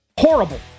Horrible